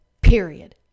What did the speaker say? Period